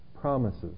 promises